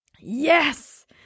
Yes